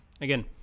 again